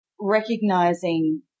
recognizing